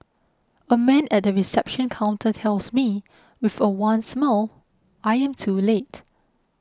a man at the reception counter tells me with a wan smile I am too late